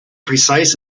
precise